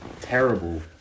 terrible